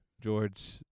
George